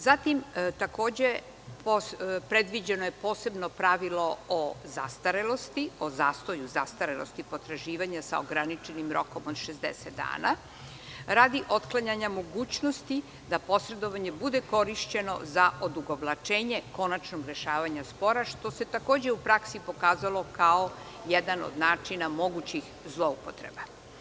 Takođe je predviđeno posebno pravilo o zastarelosti, o zastoju zastarelosti potraživanja sa ograničenim rokom od 60 dana radi otklanjanja mogućnosti da posredovanje bude korišćeno za odugovlačenje konačnog rešavanja spora, što se takođe u praksi pokazalo kao jedan od načina mogućih zloupotreba.